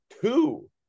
two